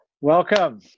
Welcome